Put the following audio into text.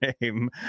name